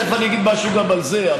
תכף אני אגיד משהו גם על זה.